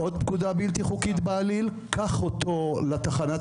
עוד פקודה בלתי חוקית בעליל: קח אותו לתחנת